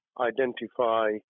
identify